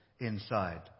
inside